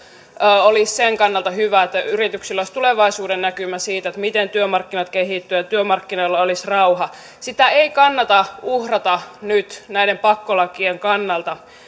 olisi hyvä sen kannalta että yrityksillä olisi tulevaisuudennäkymä siitä miten työmarkkinat kehittyvät ja työmarkkinoilla olisi rauha sitä ei kannata uhrata nyt näiden pakkolakien kannalta